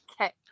okay